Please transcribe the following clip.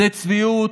זה צביעות,